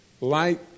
light